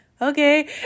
okay